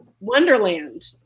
wonderland